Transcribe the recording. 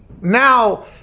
Now